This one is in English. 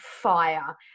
fire